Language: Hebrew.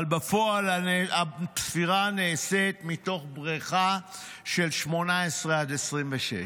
אבל בפועל הספירה נעשית מתוך בריכה של 18 עד 26,